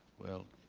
well,